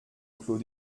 clos